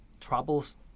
troubles